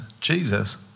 Jesus